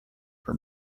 for